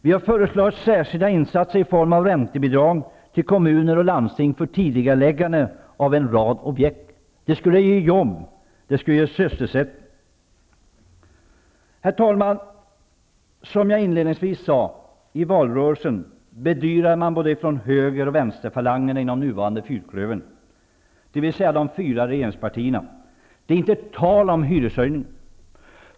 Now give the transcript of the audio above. Vi har föreslagit särskilda insatser i form av räntebidra till kommuner och landsting för tidigareläggande av en rad objekt. Det skulle ge jobb och sysselsättning. Herr talman! Som jag inledningsvis sade, bedyrade man i valrörelsen från både höger och vänsterfalangen inom den nuvarande fyrklövern, dvs. de fyra regeringspartierna, att det inte var tal om hyreshöjningar.